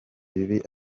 bibi